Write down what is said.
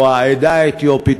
או העדה האתיופית,